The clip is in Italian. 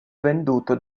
venduto